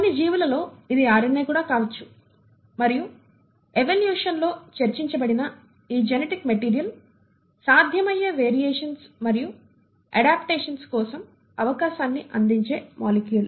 కొన్ని జీవులలో ఇది RNA కూడా కావచ్చు మరియు ఎవల్యూషన్ లో చర్చించబడిన ఈ జెనెటిక్ మెటీరియల్ సాధ్యమయ్యే వేరియేషన్స్ మరియు ఆడపిటషన్స్ కోసం అవకాశాన్ని అందించే మాలిక్యూల్